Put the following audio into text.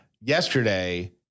yesterday